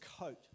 coat